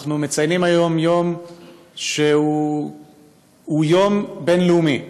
אנחנו מציינים היום יום שהוא יום בין-לאומי.